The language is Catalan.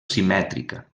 simètrica